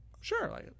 Sure